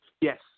Yes